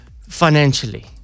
financially